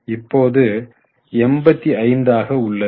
இப்போது 85 உள்ளது